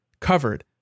covered